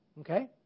Okay